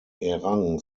errang